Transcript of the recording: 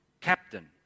captain